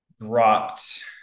dropped